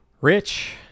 rich